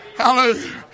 hallelujah